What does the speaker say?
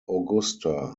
augusta